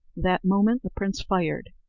that moment the prince fired.